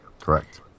correct